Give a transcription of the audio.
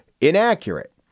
inaccurate